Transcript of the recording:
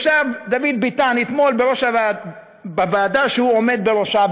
דוד ביטן ישב אתמול בוועדה שהוא עומד בראשה,